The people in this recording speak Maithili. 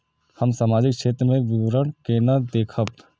हम सामाजिक क्षेत्र के विवरण केना देखब?